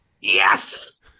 Yes